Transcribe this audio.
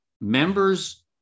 members